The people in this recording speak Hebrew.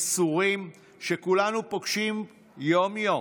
מסורים, שכולנו פוגשים יום-יום,